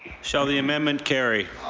shall the amendment carry?